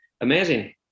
amazing